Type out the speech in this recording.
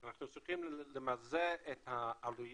אנחנו צריכים למזער את העלויות